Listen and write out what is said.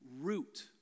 root